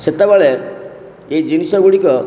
ସେତେବେଳେ ଏଇ ଜିନିଷ ଗୁଡ଼ିକ